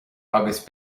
agus